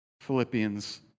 Philippians